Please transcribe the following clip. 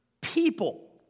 people